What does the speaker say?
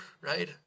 right